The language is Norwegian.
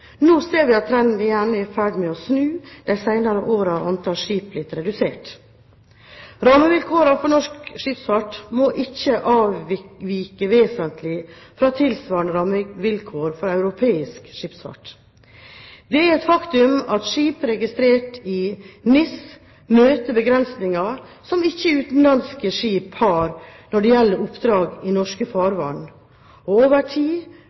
Nå ser vi at trenden igjen er i ferd med å snu. De senere årene har antallet skip blitt redusert. Rammevilkårene for norsk skipsfart må ikke avvike vesentlig fra tilsvarende rammevilkår for europeisk skipsfart. Det er et faktum at skip registrert i NIS møter begrensninger som ikke utenlandske skip har når det gjelder oppdrag i norske farvann. Over tid